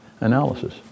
analysis